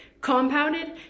compounded